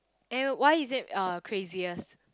and why is it uh craziest